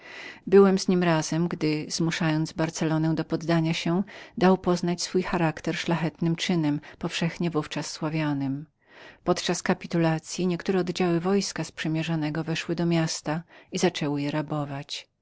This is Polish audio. byłem z nim razem gdy zmuszając barcelonę do poddania się dał poznać swój charakter szlachetnym czynem powszechnie w ówczas sławionym podczas kapitulacyi niektóre oddziały wojska sprzymierzonego weszły do miasta i rabowały je